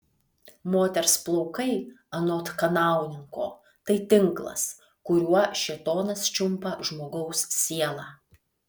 moters plaukai anot kanauninko tai tinklas kuriuo šėtonas čiumpa žmogaus sielą